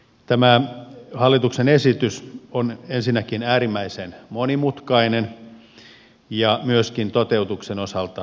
tämä hallituksen esitys on ensinnäkin äärimmäisen monimutkainen ja myöskin toteutuksen osalta kallis